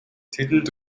тэдэнд